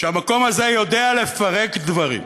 שהמקום הזה יודע לפרק דברים,